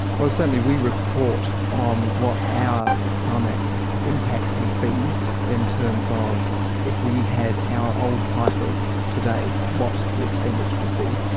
certainly we report on what our, pharmac's, impact has been in terms of if we had our old prices today, what the expenditure would be,